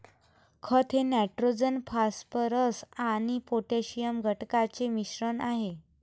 खत हे nitrogen phosphorus आणि पोटॅशियम घटकांचे मिश्रण आहे